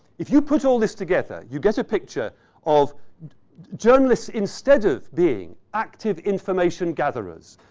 if you put all this together, you get a picture of journalists, instead of being active information gatherers,